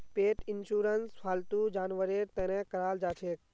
पेट insurance फालतू जानवरेर तने कराल जाछेक